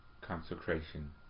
consecration